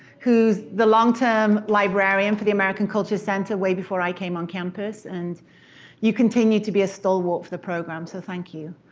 who's the long-term librarian for the american culture, way before i came on campus, and you continue to be a stalwart for the program. so thank you.